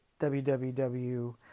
www